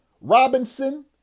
Robinson